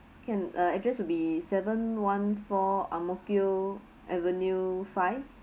can uh address will be seven one four ang mo kio avenue five